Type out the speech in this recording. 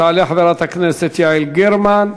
תעלה חברת הכנסת יעל גרמן,